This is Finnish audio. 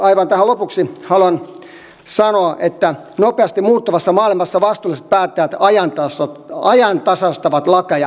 aivan tähän lopuksi haluan sanoa että nopeasti muuttuvassa maailmassa vastuulliset päättäjät ajantasaistavat lakeja nopeasti